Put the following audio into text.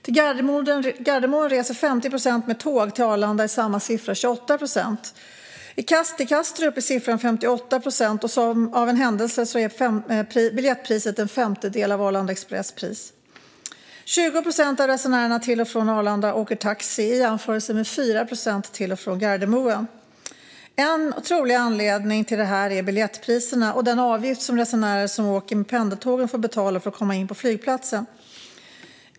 Till Gardermoen reser 50 procent med tåg; till Arlanda är det 28 procent. Till Kastrup är siffran 58 procent, och som av en händelse är biljettpriset en femtedel av Arlanda Express pris. Det är 20 procent av resenärerna till och från Arlanda som åker taxi, att jämföra med 4 procent till och från Gardermoen. En trolig anledning till detta är biljettpriserna och den avgift som resenärer som åker med pendeltågen får betala för att komma in på flygplatsen.